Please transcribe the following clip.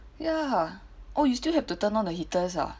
ya oh you still have to turn on the heaters ah